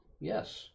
yes